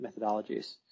methodologies